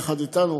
יחד אתנו,